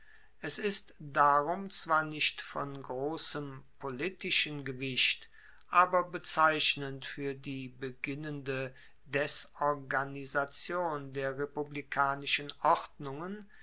es ist darum zwar nicht von grossem politischen gewicht aber bezeichnend fuer die beginnende desorganisation der republikanischen ordnungen